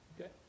Okay